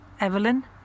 Evelyn